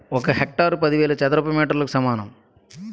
ఒక హెక్టారు పదివేల చదరపు మీటర్లకు సమానం